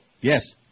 Yes